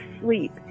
sleep